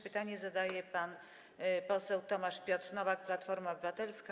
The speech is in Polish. pytanie zadaje pan poseł Tomasz Piotr Nowak, Platforma Obywatelska.